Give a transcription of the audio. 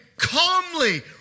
Calmly